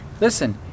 listen